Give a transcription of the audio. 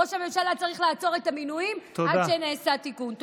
ראש הממשלה צריך לעצור את המינויים עד שנעשה תיקון.